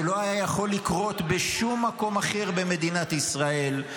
זה לא היה יכול לקרות בשום מקום אחר במדינת ישראל,